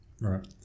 Right